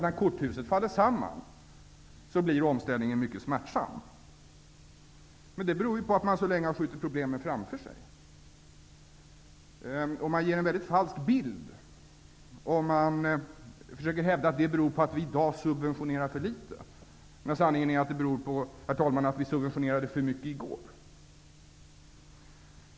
När korthuset faller samman är det klart att omställningen blir mycket smärtsam. Men det beror ju på att man så länge har skjutit problemen framför sig. Man ger en väldigt falsk bild om man hävdar att detta beror på att vi i dag subventionerar för litet. Sanningen är, herr talman, att vi subventionerade för mycket i går.